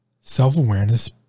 self-awareness